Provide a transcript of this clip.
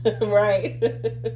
Right